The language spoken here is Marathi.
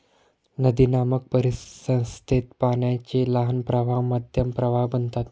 नदीनामक परिसंस्थेत पाण्याचे लहान प्रवाह मध्यम प्रवाह बनतात